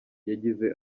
yagize